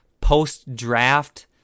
post-draft